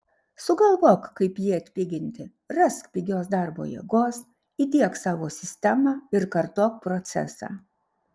sugalvok kaip jį atpiginti rask pigios darbo jėgos įdiek savo sistemą ir kartok procesą